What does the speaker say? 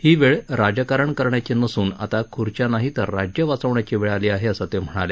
ही वेळ राजकारण करण्याची नसून आता खुर्च्या नाही तर राज्य वाचवण्याची वेळ आहे असं ते म्हणाले